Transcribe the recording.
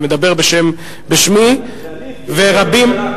אני מדבר בשמי ורבים,